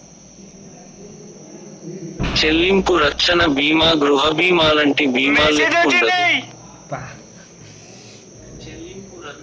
చెల్లింపు రచ్చన బీమా గృహబీమాలంటి బీమాల్లెక్కుండదు